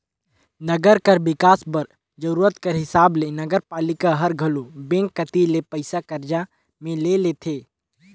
नंगर कर बिकास बर जरूरत कर हिसाब ले नगरपालिका हर घलो बेंक कती ले पइसा करजा में ले लेथे